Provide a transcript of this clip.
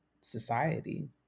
society